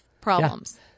problems